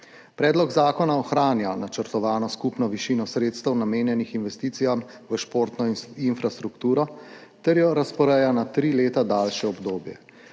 Predlog zakona ohranja načrtovano skupno višino sredstev, namenjeno investicijam v športno infrastrukturo, ter jo razporeja na tri leta daljše obdobje.